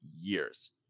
years